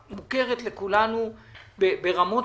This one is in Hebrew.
אני מתאר לעצמי שיש איזה חוט מקשר בין הדברים.